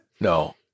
No